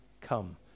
come